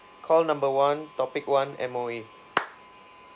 call number one topic one M_O_E